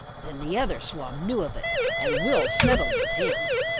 then the other swab knew of it, and we'll settle with him.